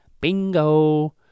bingo